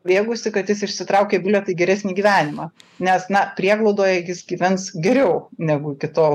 bėgusį kad jis išsitraukė bilietą į geresnį gyvenimą nes na prieglaudoje jis gyvens geriau negu iki tol